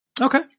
Okay